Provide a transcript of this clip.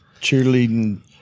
cheerleading